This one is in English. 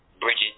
Bridget